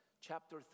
chapter